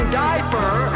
diaper